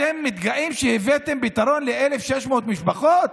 אתם מתגאים שהבאתם פתרון ל-1,600 משפחות